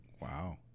Wow